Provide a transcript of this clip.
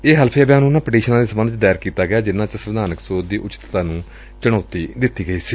ਇਹ ਹਲਫੀਆ ਬਿਆਨ ਉਨੂਾ ਪਟੀਸ਼ਨਾਂ ਦੇ ਸਬੰਧ ਚ ਦਾਇਰ ਕੀਤਾ ਗਿਐ ਜਿਨੂਾ ਚ ਸੰਵਿਧਾਨਕ ਸੋਧ ਦੀ ਉਚਿਚਤਾ ਨੂੰ ਚੁਣੌਤੀ ਦਿੱਤੀ ਸੀ